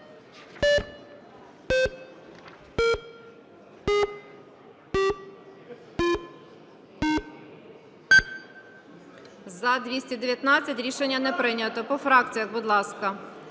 За-219 Рішення не прийнято. По фракціях, будь ласка.